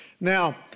Now